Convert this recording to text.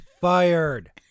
fired